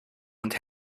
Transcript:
und